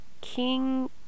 king